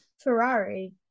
Ferrari